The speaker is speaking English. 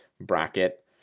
bracket